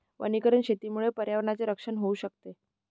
वनीकरण शेतीमुळे पर्यावरणाचे रक्षण होऊ शकते